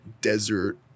desert